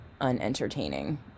unentertaining